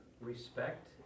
respect